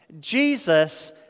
Jesus